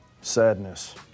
Sadness